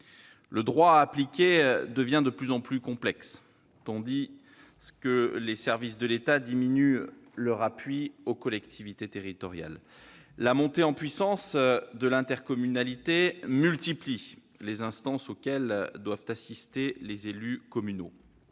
le droit à appliquer devient de plus en plus complexe, tandis que les services de l'État diminuent leur appui aux collectivités territoriales ; la montée en puissance de l'intercommunalité multiplie les instances auxquelles doivent assister les élus communaux